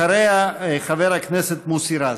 אחריה, חבר הכנסת מוסי רז.